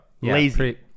Lazy